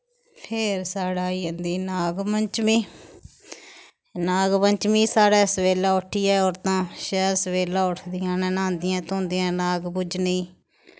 फिर साढ़ै आई जंदी नाग पंचमी नाग पंचमी गी साढ़ै सवेल्ला उट्ठियै औरतां शैल सवेल्ला उठदियां न न्हांदियां धोंदियां न नाग पूजने गी